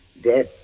death